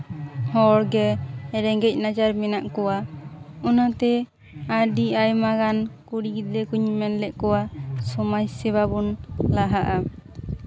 ᱦᱚᱲᱜᱮ ᱨᱮᱸᱜᱮᱡ ᱱᱟᱪᱟᱨ ᱢᱮᱱᱟᱜ ᱠᱚᱣᱟ ᱚᱱᱟᱛᱮ ᱟᱹᱰᱤ ᱟᱭᱢᱟᱜᱟᱱ ᱠᱩᱲᱤ ᱜᱤᱫᱽᱨᱟᱹ ᱠᱚᱧ ᱢᱮᱱ ᱞᱮᱫ ᱠᱚᱣᱟ ᱥᱚᱢᱟᱡᱽ ᱥᱮᱵᱟ ᱵᱚᱱ ᱞᱟᱦᱟᱜᱼᱟ